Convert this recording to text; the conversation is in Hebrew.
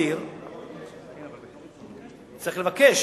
כשמקבלים אותו לעבודה, צריך לבדוק.